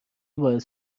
باعث